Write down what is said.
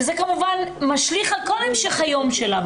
וזה כמובן משליך על כל המשך היום שלה,